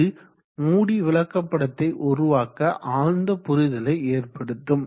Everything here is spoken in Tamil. இது மூடிவிளக்கப்படத்தை உருவாக்க ஆழ்ந்த புரிதலை ஏற்படுத்தும்